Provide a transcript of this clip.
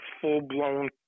full-blown